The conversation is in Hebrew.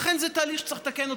לכן, זה תהליך שצריך לתקן אותו.